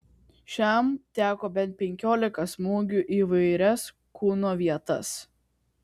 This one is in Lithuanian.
šiam teko bent penkiolika smūgių į įvairias kūno vietas